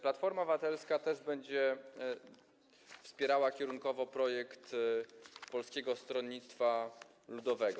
Platforma Obywatelska będzie wspierała kierunkowo projekt Polskiego Stronnictwa Ludowego.